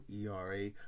ERA